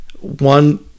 one